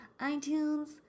iTunes